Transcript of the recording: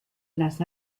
las